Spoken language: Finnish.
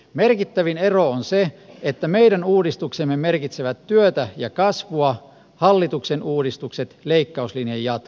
merkittävin ero on se että meidän uudistuksemme merkitsevät työtä ja kasvua hallituksen uudistukset leikkauslinjan jatkoa